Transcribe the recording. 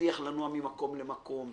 מצליח לנוע ממקום למקום,